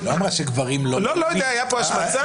למה שגברים לא --- לא יודע, הייתה פה השמצה.